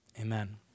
Amen